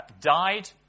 died